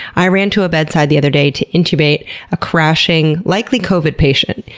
i ran to a bedside the other day to intubate a crashing, likely covid patient.